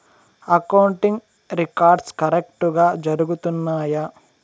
accounting records కరెక్టుగా జరుగుతున్నాయా